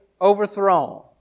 overthrown